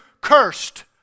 cursed